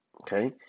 Okay